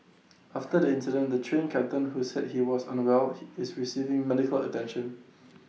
after the incident the Train Captain who said he was on A well he is receiving medical attention